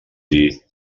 dir